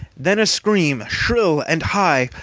then a scream, shrill and high,